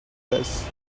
this